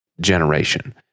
generation